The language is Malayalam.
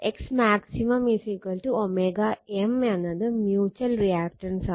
xm M എന്നത് മ്യൂച്ചൽ റിയാക്റ്റൻസാണ്